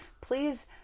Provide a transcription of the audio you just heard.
Please